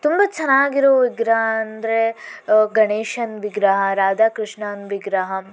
ತುಂಬ ಚೆನ್ನಾಗಿರೋ ವಿಗ್ರಹ ಅಂದರೆ ಗಣೇಶನ ವಿಗ್ರಹ ರಾಧಾಕೃಷ್ಣನ ವಿಗ್ರಹ